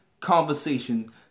Conversation